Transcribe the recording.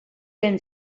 been